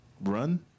run